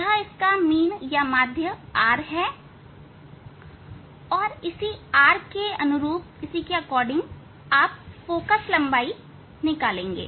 यह माध्य R है और इसी के अनुरूप फोकल लंबाई आप निकालेंगे